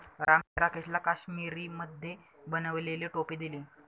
रामने राकेशला काश्मिरीमध्ये बनवलेली टोपी दिली